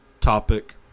topic